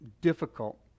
difficult